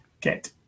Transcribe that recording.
get